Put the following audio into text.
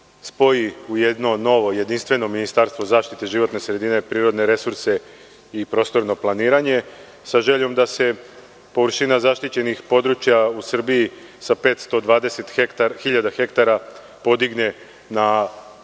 spoji u jedno novo jedinstveno Ministarstvo zaštite životne sredine, prirodne resurse i prostorno planiranje sa željom da se površina zaštićenih područja u Srbiji sa 520.000 hektara podigne na